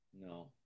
No